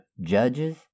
judges